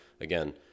again